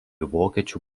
vokiečių